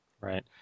Right